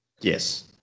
Yes